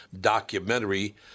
documentary